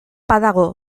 badago